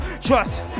Trust